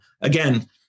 Again